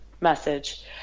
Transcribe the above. message